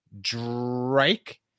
drake